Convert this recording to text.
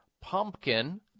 pumpkin